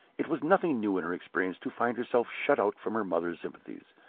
it was nothing new in her experience to find herself shut out from her mother's sympathies.